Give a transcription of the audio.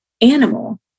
animal